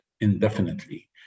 indefinitely